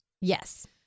Yes